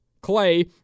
Clay